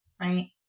right